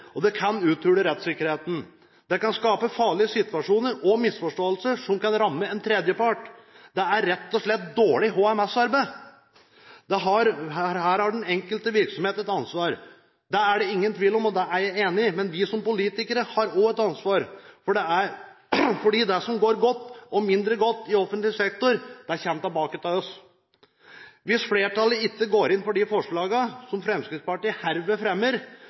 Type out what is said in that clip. og det kan uthule rettssikkerheten. Det kan skape farlige situasjoner og misforståelser, som kan ramme en tredjepart. Det er rett og slett dårlig HMS-arbeid. Her har den enkelte virksomhet et ansvar. Det er det ingen tvil om, og det er jeg enig i. Men vi som politikere har også et ansvar, fordi det som går godt i offentlig sektor, og det som går mindre godt, slår tilbake på oss. Hvis flertallet ikke går inn for de forslagene som Fremskrittspartiet herved fremmer,